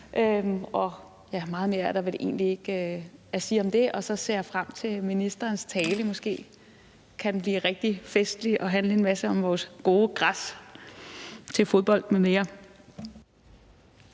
Meget mere er der vel ikke at sige om det. Og så ser jeg frem til ministerens tale, som måske kan blive rigtig festlig og handle en masse om vores gode græs til fodbold m.m.